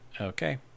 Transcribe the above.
Okay